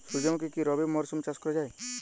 সুর্যমুখী কি রবি মরশুমে চাষ করা যায়?